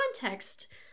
context